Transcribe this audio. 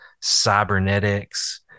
cybernetics